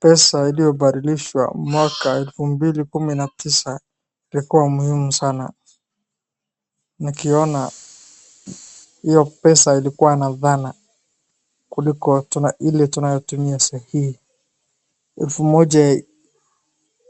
Pesa iliyobadilishwa mwaka elfu mbili kumi na tisa ilikuwa muhimu sana. Nikiona, hio pesa ilikuwa na maana kuliko ile tunayotumia sahii. Elfu moja